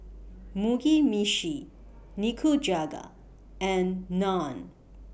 Mugi Meshi Nikujaga and Naan